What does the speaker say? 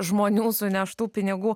žmonių suneštų pinigų